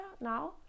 now